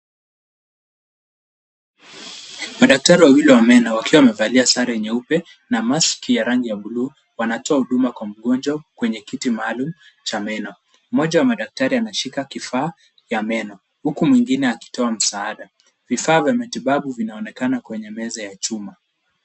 Madaktari wawili wa meno wakiwa wamevalia sare nyeupe na mask ya rangi ya blue wanatoa huduma kwa mgonjwa kwenye kiti maalum cha meno. Mmoja wa madaktari anashika kifaa ya meno huku mwingine akitoa msaada. Vifaa vya matibabu vinaonekana kwenye meza ya chuma.